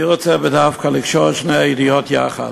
אני רוצה דווקא לקשור את שתי הידיעות יחד.